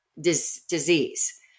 disease